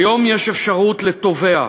כיום יש אפשרות לתובע,